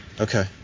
Okay